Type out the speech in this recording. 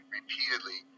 repeatedly